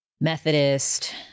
Methodist